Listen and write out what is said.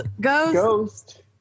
Ghost